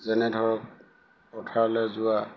যেনে ধৰক পথাৰলৈ যোৱা